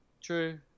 True